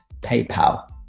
PayPal